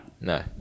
No